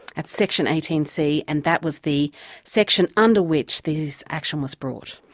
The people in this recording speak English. that's section eighteen c, and that was the section under which this action was brought.